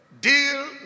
Deal